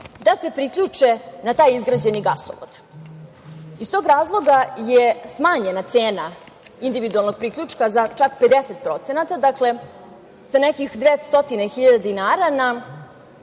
da se priključe na taj izgrađeni gasovod. Iz tog razloga je smanjena cena individualnog priključka za čak 50%, sa nekih 200 hiljada dinara na